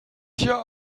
hier